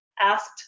asked